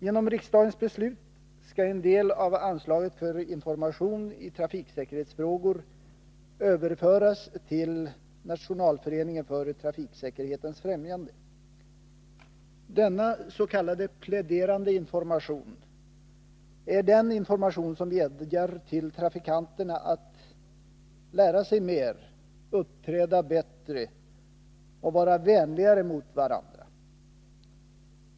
Genom riksdagens beslut skall en del av anslaget för information i trafiksäkerhetsfrågor överföras till nationalföreningen för trafiksäkerhetens främjande. Denna s.k. pläderande information är den information som vädjar till trafikanterna att lära sig mer, uppträda bättre och vara vänligare mot varandra.